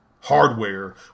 hardware